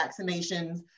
vaccinations